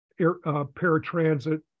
Paratransit